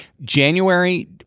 January